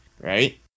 Right